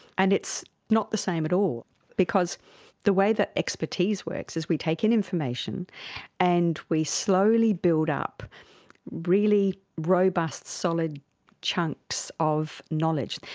and it's not the same at all because the way that expertise works is we take in information and we slowly build up really robust, solid chunks of knowledge.